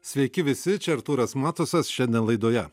sveiki visi čia artūras matusas šiandien laidoje